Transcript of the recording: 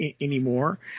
anymore